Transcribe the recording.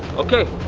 okay,